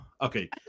okay